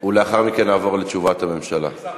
ולאחר מכן נעבור לתשובת הממשלה.